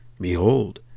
Behold